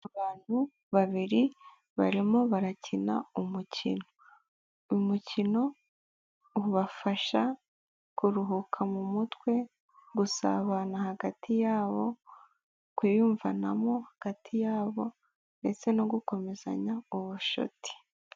Abantu babiri barimo barakina umukino, umukino ubafasha kuruhuka mu mutwe, gusabana hagati yabo, kwiyumvanamo hagati yabo ndetse no gukomezanya ubucuti.